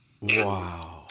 wow